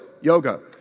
yoga